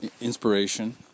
inspiration